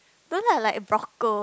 don't lah like Brocco